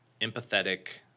empathetic